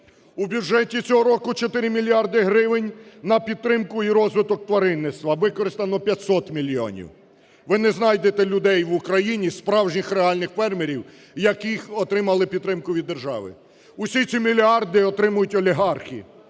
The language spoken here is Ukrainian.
У бюджеті цього року 4 мільярди гривень на підтримку і розвиток тваринництва, а використано 500 мільйонів. Ви не знайдете людей в Україні, справжніх реальних фермерів, які отримали підтримку від держави. Усі ці мільярди отримують олігархи,